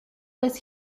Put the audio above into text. was